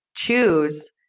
choose